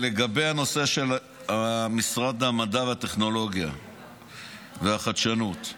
לגבי משרד המדע והטכנולוגיה והחדשנות,